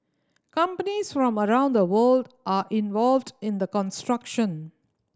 companies from around the world are involved in the construction